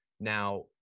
Now